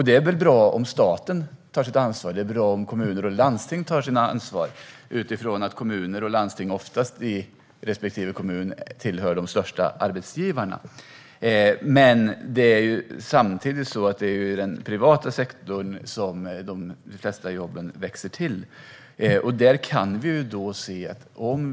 Det är väl bra om staten, kommunerna och landstingen tar sitt ansvar; kommuner och landsting tillhör ju oftast de största arbetsgivarna. Samtidigt är det i den privata sektorn som de flesta jobb skapas.